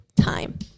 time